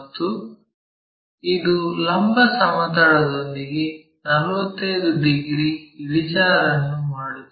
ಮತ್ತು ಇದು ಲಂಬ ಸಮತಲದೊಂದಿಗೆ 45 ಡಿಗ್ರಿ ಇಳಿಜಾರನ್ನು ಮಾಡುತ್ತದೆ